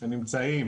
שנמצאים